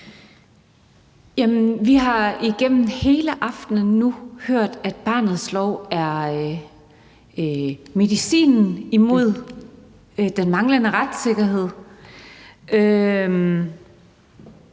Vi har nu gennem hele aftenen hørt, at barnets lov er medicinen imod den manglende retssikkerhed.